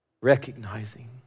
recognizing